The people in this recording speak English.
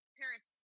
parents